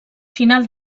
final